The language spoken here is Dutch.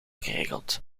geregeld